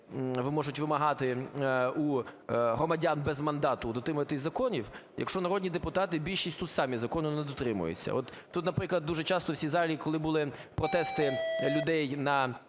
можуть вимагати у громадян без мандату дотримуватись законів, якщо народні депутати більшістю самі законів не дотримуються? От тут, наприклад, дуже часто, в цій залі, коли були протести людей на